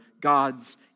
God's